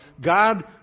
God